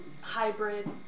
hybrid